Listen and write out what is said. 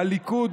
הליכוד,